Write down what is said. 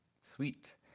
Sweet